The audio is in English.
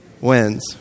Wins